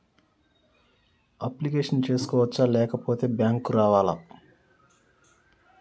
Application చేసుకోవచ్చా లేకపోతే bank రావాలా?